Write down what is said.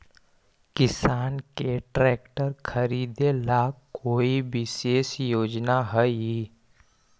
किसान के ट्रैक्टर खरीदे ला कोई विशेष योजना हई?